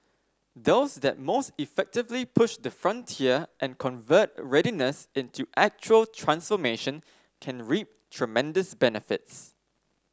those that most effectively push the frontier and convert readiness into actual transformation can reap tremendous benefits